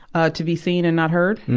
ah to be seen and not heard.